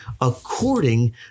according